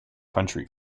country